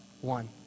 one